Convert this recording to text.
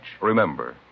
Remember